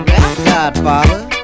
Godfather